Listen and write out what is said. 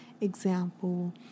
example